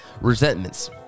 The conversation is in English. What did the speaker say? resentments